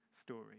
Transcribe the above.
story